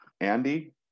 Andy